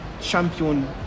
champion